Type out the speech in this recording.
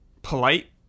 Polite